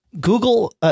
Google –